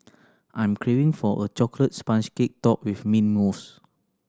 I am craving for a chocolate sponge cake topped with mint mousse